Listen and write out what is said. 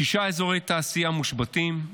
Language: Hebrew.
שישה אזורי תעשייה מושבתים,